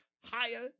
higher